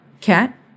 Cat